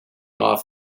off